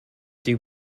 dew